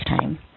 time